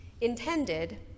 intended